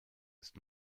ist